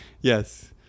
Yes